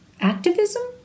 Activism